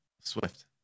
Swift